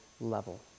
level